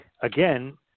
Again